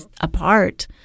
apart